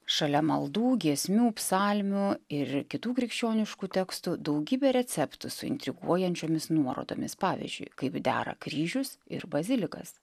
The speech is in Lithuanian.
šalia maldų giesmių psalmių ir kitų krikščioniškų tekstų daugybė receptų su intriguojančiomis nuorodomis pavyzdžiui kaip dera kryžius ir bazilikas